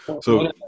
So-